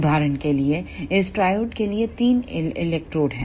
उदाहरण के लिए इस ट्रायोड के लिए तीन इलेक्ट्रोड हैं